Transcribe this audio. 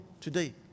today